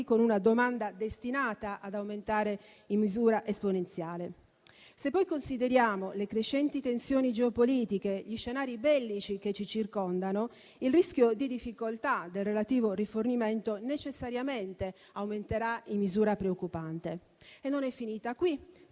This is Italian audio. con una domanda destinata ad aumentare in misura esponenziale. Se poi consideriamo le crescenti tensioni geopolitiche e gli scenari bellici che ci circondano, il rischio di difficoltà del relativo rifornimento necessariamente aumenterà in misura preoccupante. Non è finita qui,